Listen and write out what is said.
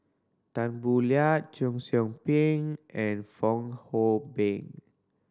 Tan Boo Liat Cheong Soo Pieng and Fong Hoe Beng